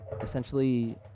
essentially